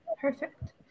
perfect